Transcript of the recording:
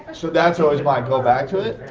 so that's always my go back to it.